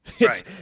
Right